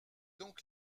donc